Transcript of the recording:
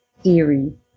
theory